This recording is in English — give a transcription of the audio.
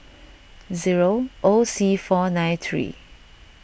zero O C four nine three